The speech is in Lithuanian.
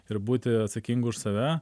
ir būti atsakingu už save